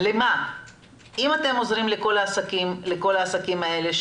אם אתם עוזרים לכל העסקים האלה,